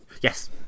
Yes